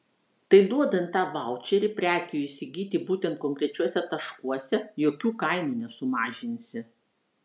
tai duodant tą vaučerį prekių įsigyti būtent konkrečiuose taškuose jokių kainų nesumažinsi